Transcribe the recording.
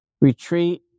retreat